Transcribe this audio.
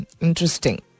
Interesting